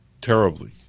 terribly